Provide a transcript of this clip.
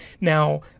Now